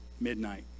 midnight